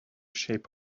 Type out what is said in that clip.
shape